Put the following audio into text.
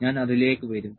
ഞാൻ അതിലേക്ക് വരും